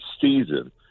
season